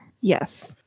Yes